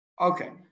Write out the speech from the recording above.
Okay